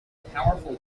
powerful